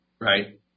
right